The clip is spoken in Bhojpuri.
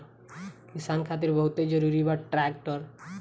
किसान खातिर बहुत जरूरी बा ट्रैक्टर